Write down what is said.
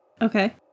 Okay